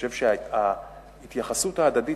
אני חושב שההתייחסות ההדדית,